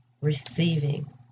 receiving